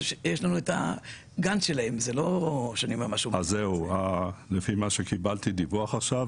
לפי הדיווח שקיבלתי עכשיו,